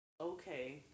Okay